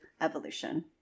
evolution